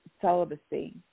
celibacy